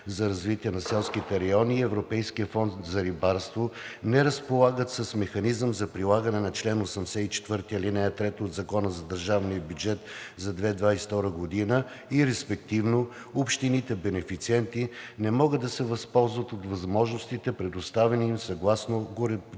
за развитие на селските райони и Европейския фонд за рибарство не разполагат с механизъм за прилагане на чл. 84, ал. 3 от Закона за Държавния бюджет за 2022 г. и респективно общините бенефициенти не могат да се възползват от възможностите, предоставени им съгласно горепосочената